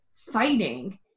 fighting